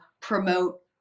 promote